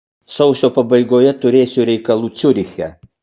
sausio pabaigoje turėsiu reikalų ciuriche